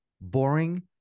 boring